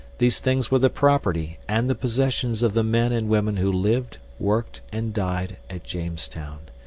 these things were the property and the possessions of the men and women who lived, worked, and died at jamestown.